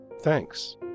Thanks